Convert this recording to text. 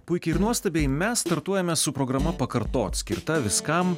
puikiai ir nuostabiai mes startuojame su programa pakartot skirta viskam